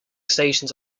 stations